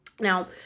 Now